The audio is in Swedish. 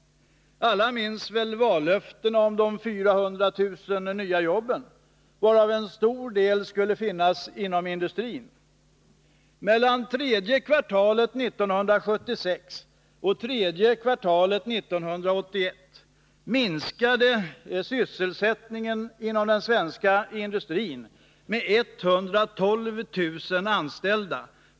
Alla minns väl vallöftena om de 400 000 nya jobben, varav en stor del skulle finnas inom industrin. Mellan tredje kvartalet 1976 och tredje kvartalet 1981 minskade sysselsättningen inom den svenska industrin med 112 000 anställda.